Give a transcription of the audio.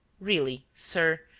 really, sir,